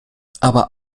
aber